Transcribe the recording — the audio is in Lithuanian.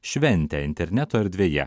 šventę interneto erdvėje